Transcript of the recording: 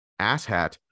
asshat